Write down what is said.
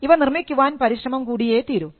ഇവ നിർമ്മിക്കുവാൻ പരിശ്രമം കൂടിയേ തീരൂ